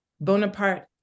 Bonaparte